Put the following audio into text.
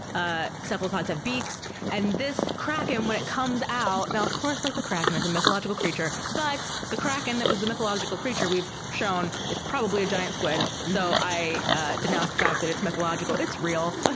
ah cephalopods have beaks and this kraken, when it comes out, and of course, like the kraken is a mythological creature, but the kraken that was the mythological creature we've shown is probably a giant squid. so, i denounce the fact that it's mythological it's real.